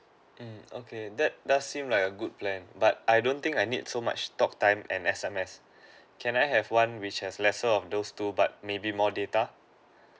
mm okay that does seem like a good plan but I don't think I need so much talk time and S_M_S can I have one which has lesser of those two but maybe more data